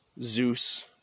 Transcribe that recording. Zeus